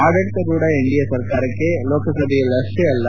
ಆಡಳಿತಾರೂಢ ಎನ್ಡಿಎ ಸರ್ಕಾರಕ್ಕೆ ಲೋಕಸಭೆಯಲ್ಲಷ್ಷೇ ಅಲ್ಲ